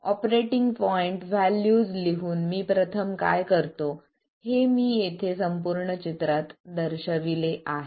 operating point values लिहून मी प्रथम काय करतो हे मी येथे संपूर्ण चित्रात दर्शविले आहे